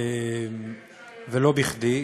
ולא בכדי.